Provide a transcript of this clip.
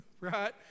right